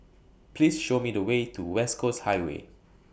Please Show Me The Way to West Coast Highway